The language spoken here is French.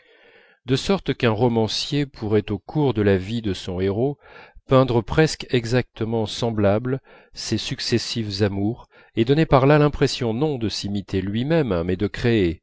de sorte qu'un romancier pourrait au cours de la vie de son héros peindre presque exactement semblables ses successives amours et donner par là l'impression non de s'imiter lui-même mais de créer